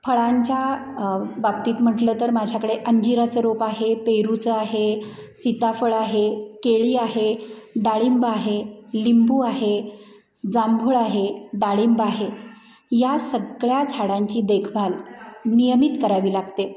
फळांच्या बाबतीत म्हटलं तर माझ्याकडे अंजिराचं रोप आहे पेरूचं आहे सीताफळ आहे केळी आहे डाळिंब आहे लिंबू आहे जांभूळ आहे डाळिंब आहे या सगळ्या झाडांची देखभाल नियमित करावी लागते